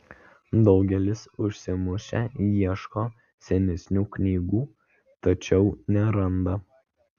daugelis užsimušę ieško senesnių knygų tačiau neranda